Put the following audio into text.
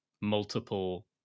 multiple